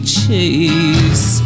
chase